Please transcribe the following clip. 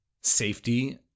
safety